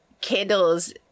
candles